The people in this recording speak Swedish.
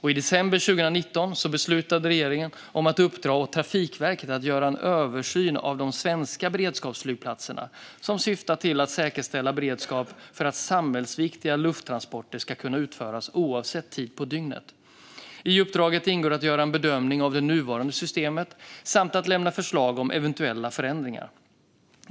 I december 2019 beslutade regeringen om att uppdra åt Trafikverket att göra en översyn av de svenska beredskapsflygplatserna, som syftar till att säkerställa beredskap för att samhällsviktiga lufttransporter ska kunna utföras oavsett tid på dygnet. I uppdraget ingår att göra en bedömning av det nuvarande systemet samt att lämna förslag om eventuella förändringar.